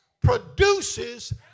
produces